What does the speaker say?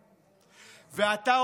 ואתה,